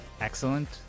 excellent